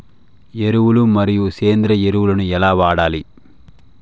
ఎరువులు మరియు సేంద్రియ ఎరువులని ఎలా వాడాలి?